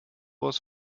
was